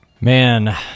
Man